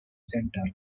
center